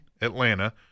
Atlanta